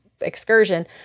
excursion